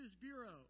Bureau